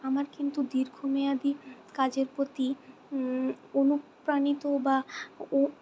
আমার কিন্তু দীর্ঘমেয়াদী কাজের প্রতি অনুপ্রাণিত বা